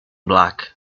black